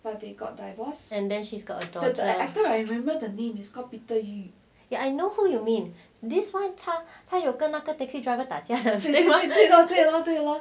and then she's got a daughter ya I know who you mean this [one] 他有跟那个 taxi driver 打架对吗